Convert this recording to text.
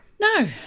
No